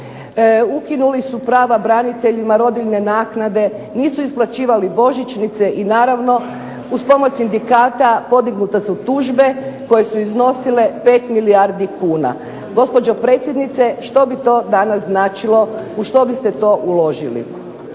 ukinuli su prava braniteljima, rodiljne naknade, nisu isplaćivali božićnice i naravno uz pomoć sindikata podignute su tužbe koje su iznosile 5 milijardi kuna. Gospođo predsjednice, što bi to danas značilo u što bi ste to uložili?